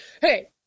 hey